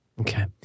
Okay